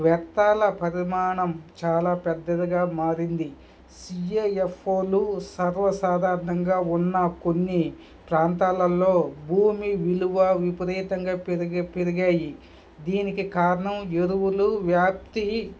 వ్యర్థాల పరిమాణం చాలా పెద్దదిగా మారింది సిఏఎఫ్ఓలు సర్వసాధారణంగా ఉన్న కొన్ని ప్రాంతాలలో భూమి విలువ విపరీతంగా పెరిగి పెరిగాయి దీనికి కారణం ఎరువులు వ్యాప్తి